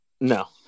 No